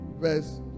verse